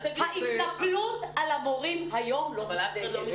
ההתנפלות על המורים היום לא מוצדקת.